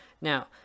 now